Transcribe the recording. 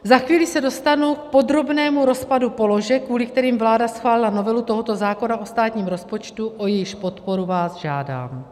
Za chvíli se dostanu k podrobnému rozpadu položek, kvůli kterým vláda schválila novelu tohoto zákona o státním rozpočtu, o jejíž podporu vás žádám.